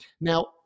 Now